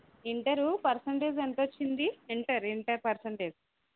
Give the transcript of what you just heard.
inter percentage ఎంత వచ్చింది inter inter percentage